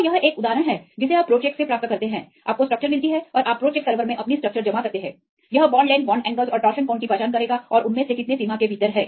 तो यह एक उदाहरण है जिसे आप Procheck से प्राप्त करते हैं आपको स्ट्रक्चर मिलती है और आप Procheck सर्वर में अपनी स्ट्रक्चर जमा करते हैं यह बॉन्ड लेंथ बॉन्ड एंगल्स और टोरशन कोण की पहचान करेगा और उनमें से कितने सीमा के भीतर हैं